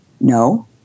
No